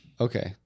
Okay